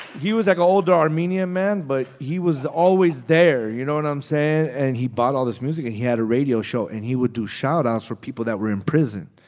he was like a older armenian man, but he was always there, you know what and i'm saying? and he bought all this music. and he had a radio show. and he would do shoutouts for people that were in prison.